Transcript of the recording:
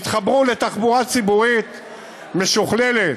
יתחברו לתחבורה ציבורית משוכללת.